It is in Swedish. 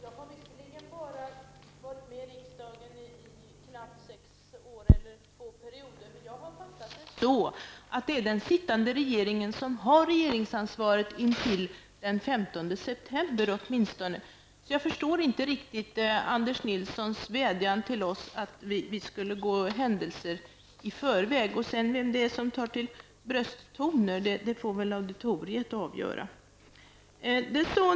Herr talman! Jag har visserligen bara varit i riksdagen i knappt sex år, två mandatperioder, men jag har uppfattat det som så att det är den sittande regeringen som har regeringsansvaret fram till den 15 september åtminstone. Jag förstår inte riktigt Anders Nilssons vädjan till oss att vi skulle gå händelserna i förväg. Vem det är som tar till brösttoner får auditoriet avgöra.